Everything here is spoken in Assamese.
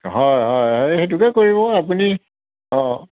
হয় হয় এই সেইটোকে কৰিব আপুনি অ